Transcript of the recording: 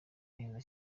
heza